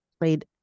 played